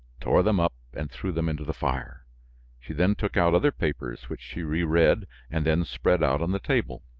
tore them up and threw them into the fire she then took out other papers which she reread and then spread out on the table.